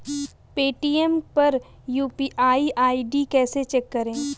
Paytm पर UPI ID कैसे check करें?